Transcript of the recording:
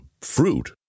Fruit